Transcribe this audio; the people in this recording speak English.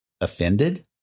offended